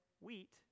wheat